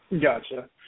Gotcha